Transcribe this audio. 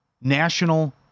national